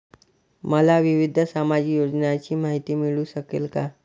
मला विविध सामाजिक योजनांची माहिती मिळू शकेल का?